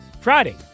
Friday